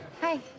Hi